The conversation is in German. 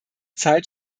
zeit